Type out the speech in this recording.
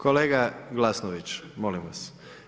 Kolega Glasnović, molim vas.